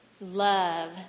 love